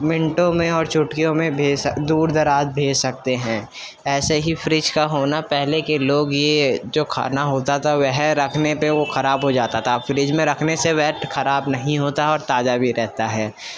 منٹوں میں اور چٹکیوں میں بھیج سک دور دراز بھیج سکتے ہیں ایسے ہی فریج کا ہونا پہلے کے لوگ یہ جو کھانا ہوتا تھا وہ رکھنے پہ خراب ہو جاتا تھا فریج میں رکھنے سے وہ خراب نہیں ہوتا اور تازہ بھی رہتا ہے